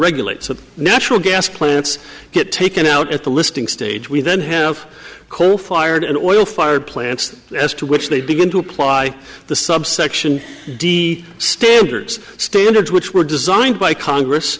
regulate so the natural gas plants get taken out at the listing stage we then have coal fired and oil fired plants as to which they begin to apply the subsection d standards standards which were designed by congress